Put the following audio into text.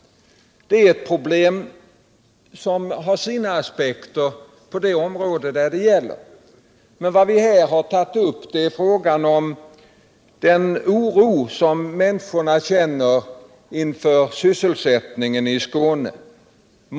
Det är ett problem som har sina aspekter på de områden det gäller. Vad vi här har tagit upp är den oro som många människor känner för sysselsättningen i Skåne.